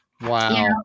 wow